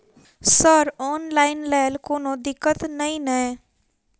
Sir online लैल कोनो दिक्कत न ई नै?